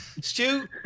Stu